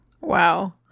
Wow